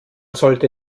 sollte